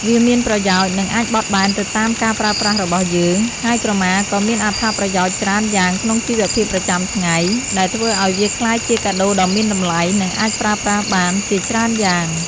វាមានប្រយោជន៍ និងអាចបត់បែនទៅតាមការប្រើប្រាស់របស់យើង ហើយក្រមាក៏មានអត្ថប្រយោជន៍ច្រើនយ៉ាងក្នុងជីវភាពប្រចាំថ្ងៃ ដែលធ្វើឲ្យវាក្លាយជាកាដូដ៏មានតម្លៃ និងអាចប្រើប្រាស់បានជាច្រើនយ៉ាង។